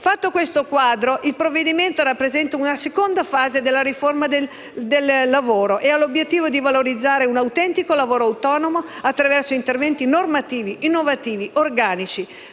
Fatto questo quadro in premessa, il provvedimento in esame rappresenta la seconda fase della riforma del lavoro e ha l'obiettivo di valorizzare l'autentico lavoro autonomo attraverso interventi normativi, innovativi e organici